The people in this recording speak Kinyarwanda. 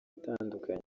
atandukanye